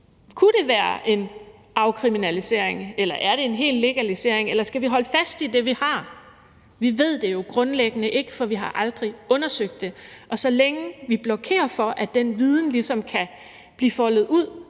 er det en hel legalisering, eller skal vi holde fast i det, vi har? Vi ved det jo grundlæggende ikke, for vi har aldrig undersøgt det, og så længe vi blokerer for, at den viden ligesom kan blive foldet ud,